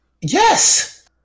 yes